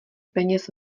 peněz